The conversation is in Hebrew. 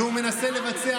אני מבקש לשבת.